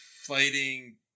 fighting